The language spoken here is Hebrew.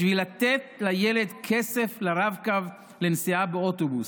בשביל לתת לילד כסף לרב-קו לנסיעה באוטובוס,